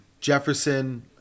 Jefferson